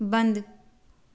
बंद